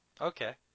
Okay